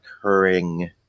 occurring